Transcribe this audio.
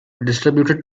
distributed